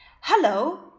Hello